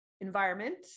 environment